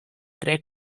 tre